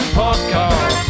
podcast